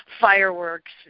fireworks